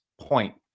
point